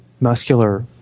muscular